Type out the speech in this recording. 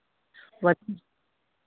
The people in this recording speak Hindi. वजन